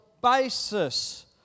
basis